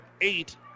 eight